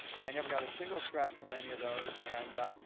i never got a single scratch from any of those. and,